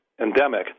endemic